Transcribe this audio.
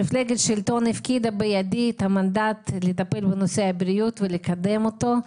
מפלגת השלטון הפקידה בידי את המנדט לטפל בנושא הבריאות ולקדם אותו.